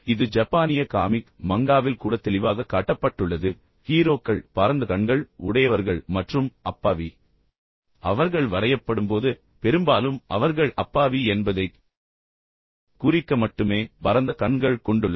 இது ஜப்பானிய காமிக் மங்காவில் கூட தெளிவாக காட்டப்பட்டுள்ளது ஹீரோக்கள் பரந்த கண்கள் உடையவர்கள் மற்றும் அப்பாவி மற்றும் நீங்கள் கூட குழந்தைகளைப் பார்ப்பீர்கள் மேலும் அவர்கள் வரையப்படும்போது பெரும்பாலும் அவர்கள் அப்பாவி என்பதைக் குறிக்க மட்டுமே பரந்த கண்கள் கொண்டுள்ளனர்